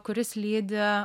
kuris lydi